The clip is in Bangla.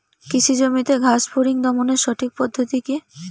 কৃষি জমিতে ঘাস ফরিঙ দমনের সঠিক পদ্ধতি কি?